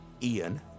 Ian